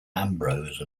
ambrose